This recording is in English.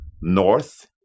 north